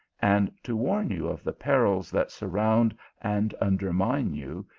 and to warn you of the perils that surround and undermine you,